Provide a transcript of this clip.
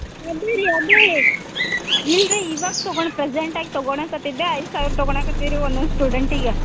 ಇಲ್ಲಿ ರೀ ಇವಾಗ ತಗೋಣ್ ಪ್ರೆಸೆಂಟಾಗಿ ತಗೋಳೋಕತ್ತಿದ್ದೆ ಐದು ಸಾವಿರ ತಗೋಳೋಕತ್ತಿವ್ ರೀ ಒನ್ನೊಂದು ಸ್ಟೂಡೆಂಟಿಗೆ